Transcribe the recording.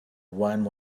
wine